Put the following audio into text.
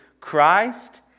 Christ